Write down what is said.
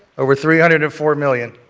over three hundred and four million